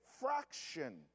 fraction